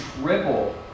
triple